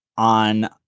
on